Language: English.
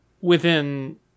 within-